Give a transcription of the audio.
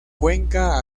cuenca